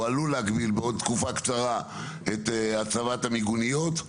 עלול להגביל בעוד תקופה קצרה את הצבת המיגוניות.